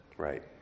Right